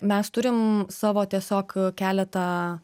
mes turim savo tiesiog keletą